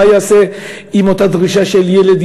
מה יעשה עם אותה דרישה של ילד,